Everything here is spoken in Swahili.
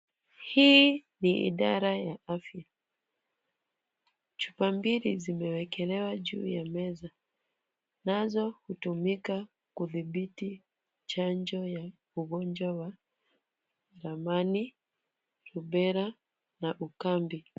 Hii ni idara ya afya. Chupa mbili zimewekelewa ju ya meza, nazo hutumika kudhibiti chanjo ya ugonjwa wa Ramani, Rubela na Ukambi.